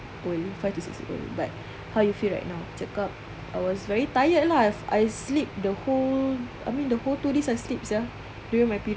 already five to six old but how you feel right now aku cakap I was very tired lah I sleep the whole I mean the whole two days I sleep sia during my period